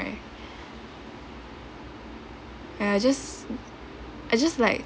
and I just I just like